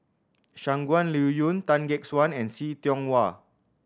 Shangguan Liuyun Tan Gek Suan and See Tiong Wah